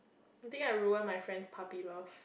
I think I ruin my friend's puppy love